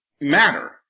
matter